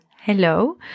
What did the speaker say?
Hello